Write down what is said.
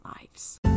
lives